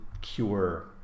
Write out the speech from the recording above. cure